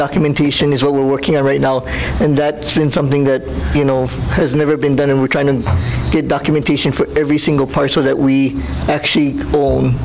documentation is what we're working on right now and that is something that you know has never been done and we're trying to get documentation for every single part so that we actually